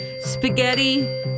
Spaghetti